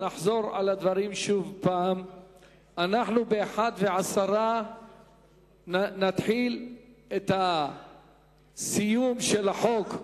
נחזור על הדברים שוב: אנחנו ב-13:10 נתחיל את הסיום של החוק,